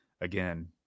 again